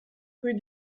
rue